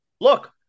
look